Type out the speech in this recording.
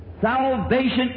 Salvation